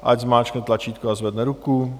Ať zmáčkne tlačítko a zvedne ruku.